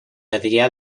adrià